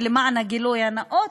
ולמען הגילוי הנאות,